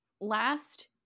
last